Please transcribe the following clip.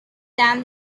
than